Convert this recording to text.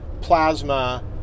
plasma